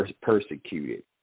persecuted